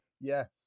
yes